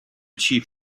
chief